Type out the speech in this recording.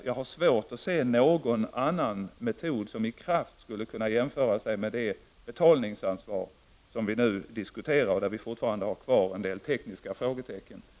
Jag har svårt att se någon annan metod som i kraft skulle kunna mäta sig med det betalningsansvar som vi nu diskuterar, där vi dock fortfarande har en del tekniska frågor kvar att lösa.